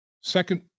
second